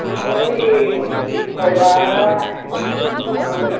ମୁଁ ଏଇ ପରିବାଗୁଡା ଆଉ